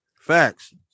Facts